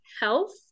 health